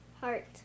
heart